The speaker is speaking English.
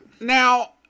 Now